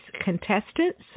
Contestants